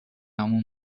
عمو